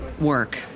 work